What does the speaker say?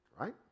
Right